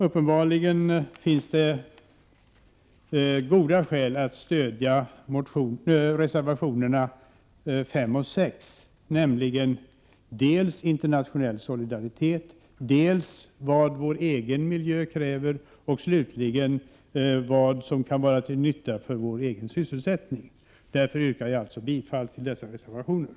Uppenbarligen finns det goda skäl att stödja reservationerna 5 och 6, nämligen dels internationell solidaritet, dels vad vår egen miljö kräver, dels slutligen vad som kan vara till nytta för vår egen sysselsättning. Därför yrkar jag bifall till dessa reservationer.